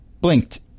blinked